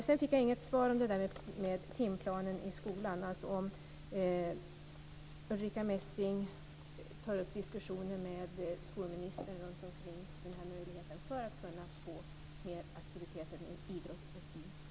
Jag fick inget svar på frågan om timplanen i skolan, alltså om Ulrica Messing tar upp diskussioner med skolministern om den här möjligheten för att kunna få mer aktiviteter med idrott i skolan.